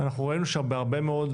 אנחנו ראינו שבהרבה מאוד